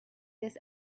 this